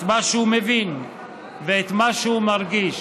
את מה שהוא מבין ואת מה שהוא מרגיש,